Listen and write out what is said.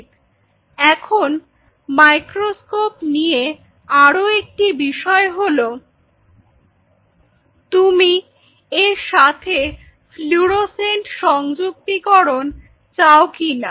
Refer Time 0737 এখন microscope নিয়ে আরও একটি বিষয় হলো তুমি এর সাথে ফ্লুরোসেন্ট সংযুক্তিকরণ চাও কিনা